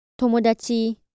Tomodachi